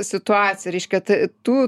situaciją reiškia ta tu